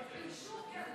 לא קראת לי אחת.